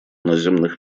наземных